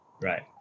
Right